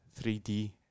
3D